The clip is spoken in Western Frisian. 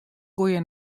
goede